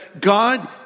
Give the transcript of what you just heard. God